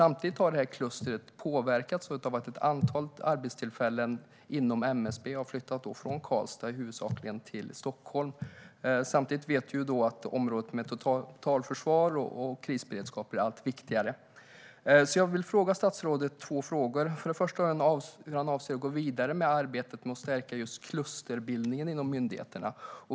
Detta kluster har påverkats av att ett antal arbetstillfällen inom MSB har flyttats från Karlstad till i huvudsak Stockholm. Samtidigt vet vi att området med totalförsvar och krisberedskap blir allt viktigare. Jag vill fråga statsrådet två frågor. För det första: Hur avser han att gå vidare med arbetet för att stärka klusterbildningen inom myndigheterna?